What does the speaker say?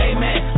Amen